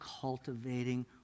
cultivating